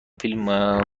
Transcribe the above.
فیلم